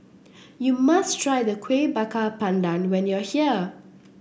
you must try the Kuih Bakar Pandan when you are here